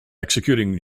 executing